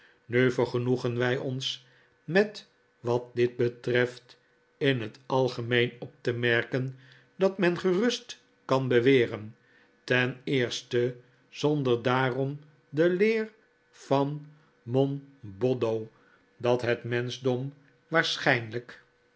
nu vergenoegen wij ons met wat dit betreft in het algemeen op te merken dat men gerust kan beweren ten eerste zonder daafom de leer van monboddo dat het